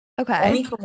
Okay